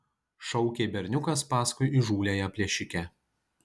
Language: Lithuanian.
šaukė berniukas paskui įžūliąją plėšikę